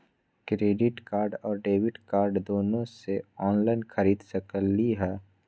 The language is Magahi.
क्रेडिट कार्ड और डेबिट कार्ड दोनों से ऑनलाइन खरीद सकली ह?